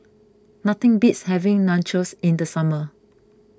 nothing beats having Nachos in the summer